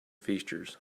features